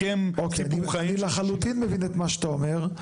--- אני לחלוטין מבין את מה שאתה אומר.